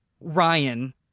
Ryan